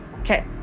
Okay